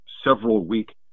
several-week